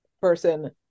person